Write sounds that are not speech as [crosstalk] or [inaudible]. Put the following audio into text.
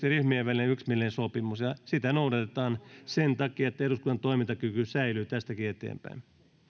[unintelligible] ryhmien välinen yksimielinen sopimus ja sitä noudatetaan sen takia että eduskunnan toimintakyky säilyy tästäkin eteenpäin